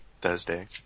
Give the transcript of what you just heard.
Thursday